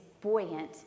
buoyant